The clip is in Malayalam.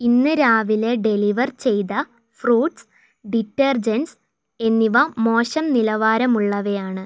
ഇന്ന് രാവിലെ ഡെലിവർ ചെയ്ത ഫ്രൂട്ട്സ് ഡിറ്റർജൻറ്സ് എന്നിവ മോശം നിലവാരമുള്ളവയാണ്